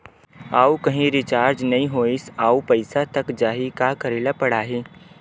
आऊ कहीं रिचार्ज नई होइस आऊ पईसा कत जहीं का करेला पढाही?